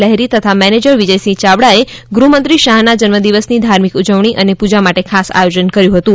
લહેરી તથા મેનેજર વિજયસિંહ યાવડાએ ગૃહમંત્રી શાહના જન્મદિવસની ધાર્મિક ઉજવણી અને પુજા માટે ખાસ આયોજન કર્યું હતું